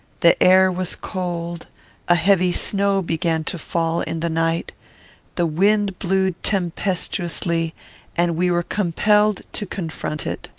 the air was cold a heavy snow began to fall in the night the wind blew tempestuously and we were compelled to confront it.